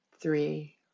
three